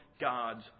God's